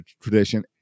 tradition